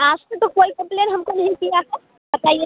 आज तक तो कोई कंप्लेन हमको नहीं किया था बताइए